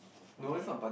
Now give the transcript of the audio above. okay